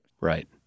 Right